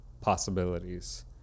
possibilities